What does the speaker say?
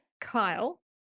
kyle